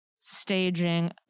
staging